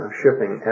shipping